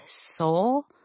soul